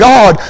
God